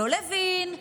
לא לוין,